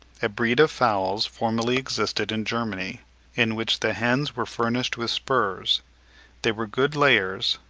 a breed of fowls formerly existed in germany in which the hens were furnished with spurs they were good layers,